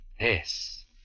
Yes